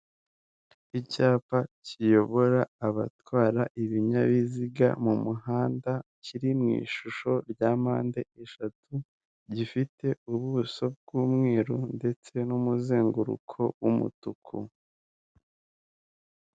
Icyapa kiyobora abatwara ibinyabiziga mu muhanda, kiri mu ishusho rya mpande eshatu gifite ubuso bw'umweru ndetse n'umuzenguruko w'umutuku.